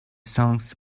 songs